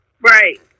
Right